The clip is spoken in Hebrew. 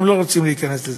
הם לא רוצים להיכנס לזה.